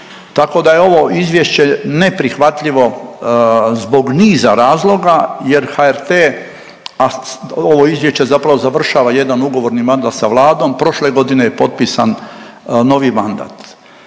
tako da je ovo Izvješće neprihvatljivo zbog niza razloga jer HRT, a ovo Izvješće zapravo završava jedan ugovorni mandat sa Vladom, prošle godine je potpisan novi mandat